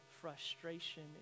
frustration